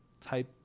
type